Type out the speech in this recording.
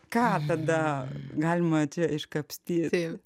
ką tada galima čia iškapstyt